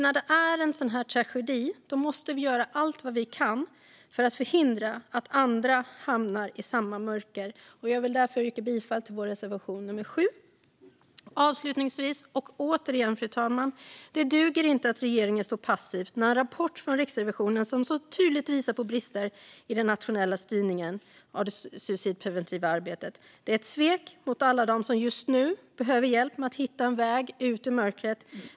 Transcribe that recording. När det är en sådan här tragedi måste vi göra allt vad vi kan för att förhindra att andra hamnar i samma mörker. Jag vill därför yrka bifall till vår reservation nummer 7. Avslutningsvis och återigen, fru talman: Det duger inte att regeringen står passiv när en rapport från Riksrevisionen tydligt visar på brister i den nationella styrningen av det suicidpreventiva arbetet. Det är ett svek mot alla dem som just nu behöver hjälp med att hitta en väg ut ur mörkret.